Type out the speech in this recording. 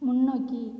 முன்னோக்கி